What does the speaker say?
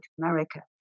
America